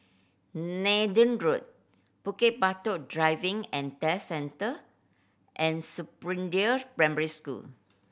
Nathan Road Bukit Batok Driving and Test Centre and Springdale Primary School